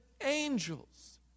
angels